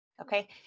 okay